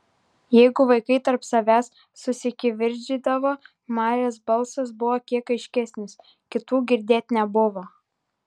jeigu vaikai tarp savęs susikivirčydavo marės balsas buvo kiek aiškesnis kitų girdėt nebuvo